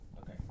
Okay